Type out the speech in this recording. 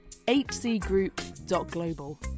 hcgroup.global